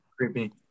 creepy